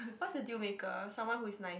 what's the deal maker someone who is nice